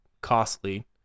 costly